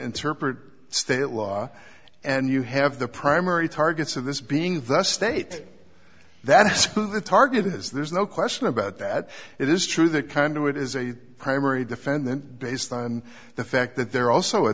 interpret state law and you have the primary targets of this being the state that the target is there's no question about that it is true that kind of it is a primary defendant based on the fact that there are also a